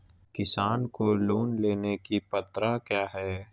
किसान को लोन लेने की पत्रा क्या है?